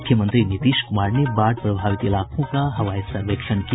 मुख्यमंत्री नीतीश कुमार ने बाढ़ प्रभावित इलाकों का हवाई सर्वेक्षण किया